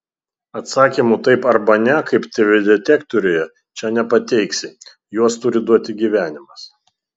atsakymų taip arba ne kaip tv detektoriuje čia nepateiksi juos turi duoti gyvenimas